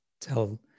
tell